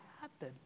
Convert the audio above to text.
happen